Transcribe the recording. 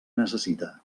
necessita